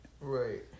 Right